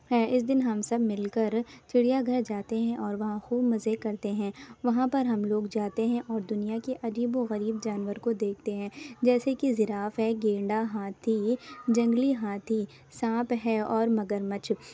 ہے اس دن ہم سب مل کر چڑیا گھر جاتے ہیں اور وہاں خوب مزے کرتے ہیں وہاں پر ہم لوگ جاتے ہیں اور دنیا کی عجیب و غریب جانور کو دیکھتے ہیں جیسے کہ زراف ہے گینڈا ہاتھی جنگلی ہاتھی سانپ ہے اور مگر مچھ